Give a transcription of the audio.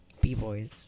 B-Boys